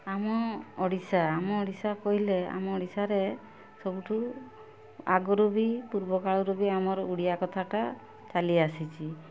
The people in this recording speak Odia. ଆମ ଓଡ଼ିଶା ଆମ ଓଡ଼ିଶା କହିଲେ ଆମ ଓଡ଼ିଶାରେ ସବୁଠୁ ଆଗରୁ ବି ପୂର୍ବକାଳରୁ ବି ଆମର ଓଡ଼ିଆ କଥାଟା ଚାଲିଆସିଛି